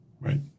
right